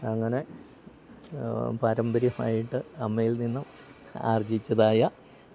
അങ്ങനെ പാരമ്പര്യമായിട്ട് അമ്മയിൽനിന്നും ആർജ്ജിച്ചതായ